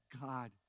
God